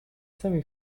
semi